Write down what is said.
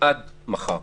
עד מחר